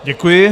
Děkuji.